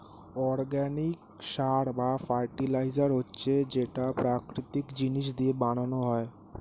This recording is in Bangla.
অর্গানিক সার বা ফার্টিলাইজার হচ্ছে যেটা প্রাকৃতিক জিনিস দিয়ে বানানো হয়